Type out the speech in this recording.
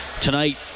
Tonight